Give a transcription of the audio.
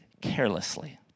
carelessly